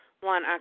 One